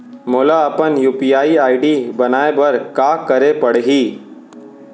मोला अपन UPI ID बनाए बर का करे पड़ही?